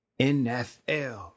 NFL